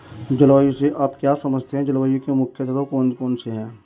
जलवायु से आप क्या समझते हैं जलवायु के मुख्य तत्व कौन कौन से हैं?